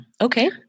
Okay